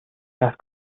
las